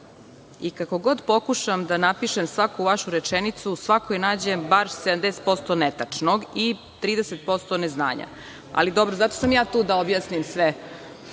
i kako god pokušam da napišem svaku vašu rečenicu u svakoj nađem bar 70% netačnog i 30% neznanja. Ali, dobro zato sam ja tu da objasnim ovo